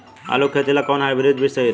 आलू के खेती ला कोवन हाइब्रिड बीज सही रही?